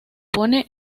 pone